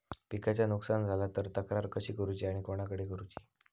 पिकाचा नुकसान झाला तर तक्रार कशी करूची आणि कोणाकडे करुची?